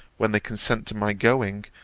when they consent to my going,